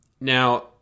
Now